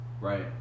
Right